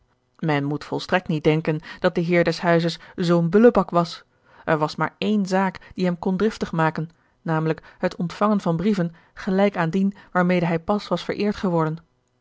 men moet volstrekt niet denken dat de heer des huizes zoo'n bullebak was er was maar ééne zaak die hem kon driftig maken namelijk het ontvangen van brieven gelijk aan dien waarmede hij pas was vereerd geworden